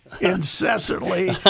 incessantly